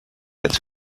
êtes